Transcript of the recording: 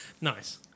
Nice